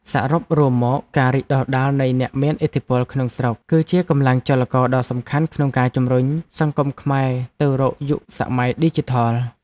សរុបរួមមកការរីកដុះដាលនៃអ្នកមានឥទ្ធិពលក្នុងស្រុកគឺជាកម្លាំងចលករដ៏សំខាន់ក្នុងការជំរុញសង្គមខ្មែរទៅរកយុគសម័យឌីជីថល។